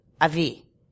Avi